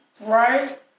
Right